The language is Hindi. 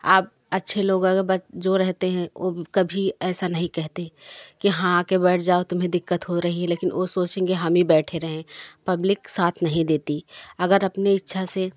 आप अच्छे लोग बच् जो रहते हैं ओ कभी ऐसा नहीं कहते कि हाँ आके बैठ जाओ तुम्हें दिक्कत हो रही है लेकिन वो सोचेंगे हम ही बैठे रहें पब्लिक साथ नहीं देती अगर अपने इच्छा से